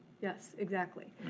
yes, exactly.